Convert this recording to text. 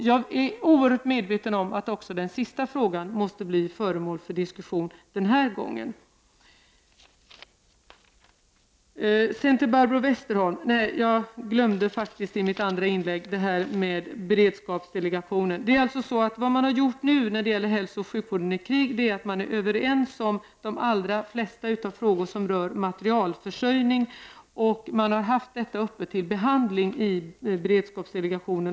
Jag är oerhört medveten om att också den sista frågan måste bli föremål för diskussion den här gången. I mitt andra inlägg här glömde jag en sak beträffande beredskapsdelegationen. När det gäller hälsooch sjukvården i krig är man nu överens i de allra flesta frågor som rör materialförsörjning. Den saken har behandlats i beredskapsdelegationen.